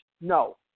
No